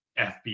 FBI